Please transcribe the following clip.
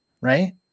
Right